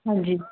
ਹਾਂਜੀ